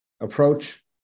approach